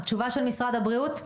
תשובה של משרד הבריאות.